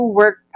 work